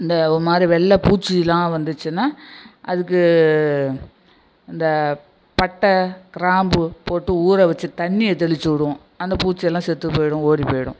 அந்த ஒருமாதிரி வெள்ளை பூச்சிலாம் வந்துச்சுன்னா அதுக்கு இந்த பட்டை கிராம்பு போட்டு ஊற வச்சு தண்ணியை தெளிச்சு விடுவோம் அந்த பூச்சியெல்லாம் செத்து போய்விடும் ஓடி போய்விடும்